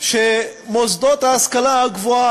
שהמוסדות להשכלה גבוהה